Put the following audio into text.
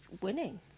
winning